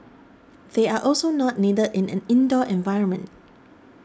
they are also not needed in an indoor environment